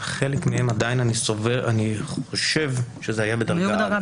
אני חושב שחלקם היו בדרגה א'.